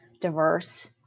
diverse